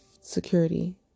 security